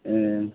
एह